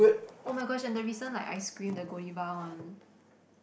[oh]-my-gosh and the recent like ice cream the Goldiva one